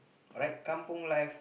alright kampung life